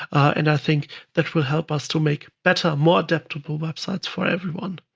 and i think that will help us to make better, more adaptable websites for everyone.